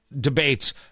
debates